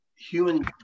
human